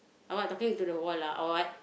or what talking to the wall or what